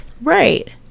right